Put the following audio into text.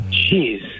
jeez